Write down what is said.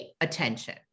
attention